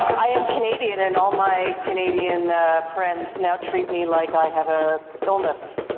i am canadian, and all my canadian friends now treat me like i have a illness.